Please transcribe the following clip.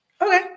Okay